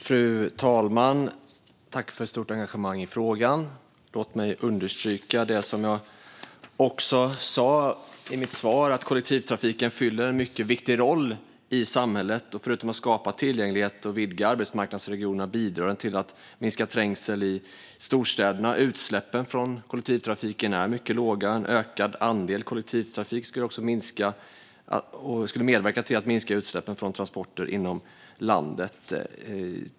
Fru talman! Jag tackar för ett stort engagemang i frågan. Låt mig understryka det som jag sa i mitt svar, nämligen att kollektivtrafiken fyller en mycket viktig roll i samhället. Förutom att skapa tillgänglighet och vidga arbetsmarknadsregionerna bidrar den till att minska trängseln i storstäderna. Utsläppen från kollektivtrafiken är mycket låga. En ökad andel kollektivtrafik skulle medverka till att minska utsläppen från transporter inom landet.